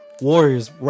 Warriors